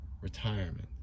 retirement